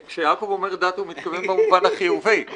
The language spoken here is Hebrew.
כשיעקב אומר דת הוא מתכוון במובן החיובי.